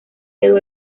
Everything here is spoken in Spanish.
quedó